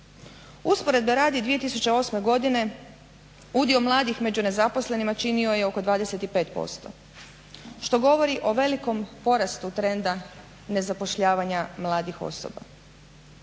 Usporedbe radi 2008. godine udio mladih među nezaposlenima činio je oko 25%, što govori o velikom porastu trenda nezapošljavanja mladih osoba.